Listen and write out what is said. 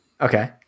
Okay